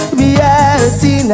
reality